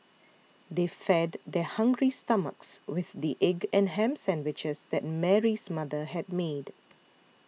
they fed their hungry stomachs with the egg and ham sandwiches that Mary's mother had made